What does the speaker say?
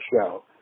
show